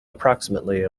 approximately